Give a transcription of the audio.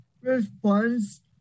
response